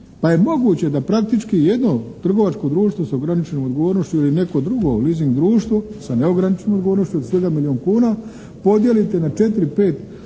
pa je moguće da praktički jedno trgovačko društvo sa ograničenom odgovornošću ili neko drugo leasing društvo sa neograničenom odgovornošću od 7 milijuna kuna podijelite na četiri,